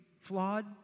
flawed